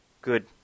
Good